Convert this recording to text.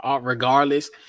regardless